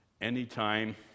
Anytime